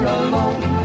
alone